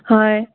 হয়